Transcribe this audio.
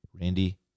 Randy